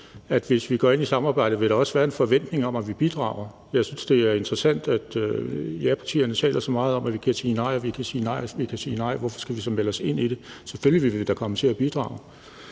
at hvis vi går ind i samarbejdet, vil der også være en forventning om, at vi bidrager. Jeg synes, det er interessant, at japartierne taler så meget om, at vi kan sige nej og sige nej – hvorfor skal vi så melde os ind i det? Selvfølgelig vil vi da komme til at bidrage.